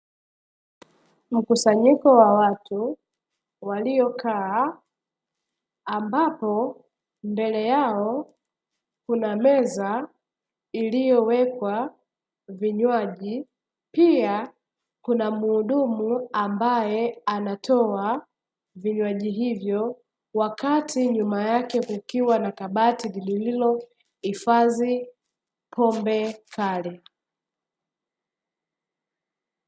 Mkusanyiko wa wawatu waliokaa ambapo mbele yao kuna meza iliyowekwa vinywaji, pia kuna muhudumu ambaye pia anatoa vinywaji hivyo wakati nyuma yake kukiwa na kabati lililohifadhi pombe kali.